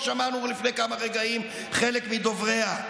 ושמענו לפני כמה רגעים חלק מדובריה.